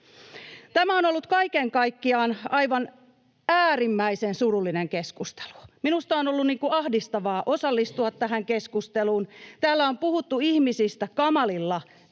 Tämä on ollut kaiken kaikkiaan aivan äärimmäisen surullinen keskustelu. Minusta on ollut ahdistavaa osallistua tähän keskusteluun. Täällä on puhuttu ihmisistä kamalilla